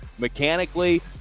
mechanically